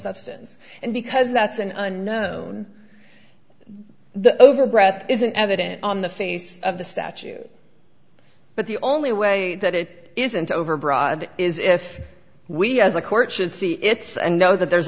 substance and because that's an unknown over breath isn't evident on the face of the statue but the only way that it isn't overbroad is if we as a court should see it's and know that there's